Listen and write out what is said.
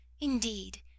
Indeed